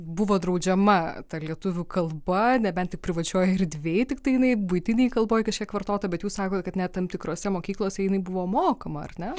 buvo draudžiama ta lietuvių kalba nebent tik privačioj erdvėj tiktai jinai buitinėj kalboj kažkiek vartota bet jūs sakot kad net tam tikrose mokyklose jinai buvo mokama ar ne